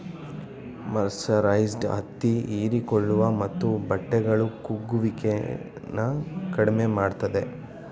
mercerised ಹತ್ತಿ ಹೀರಿಕೊಳ್ಳುವ ಮತ್ತು ಬಟ್ಟೆಗಳ ಕುಗ್ಗುವಿಕೆನ ಕಡಿಮೆ ಮಾಡ್ತದೆ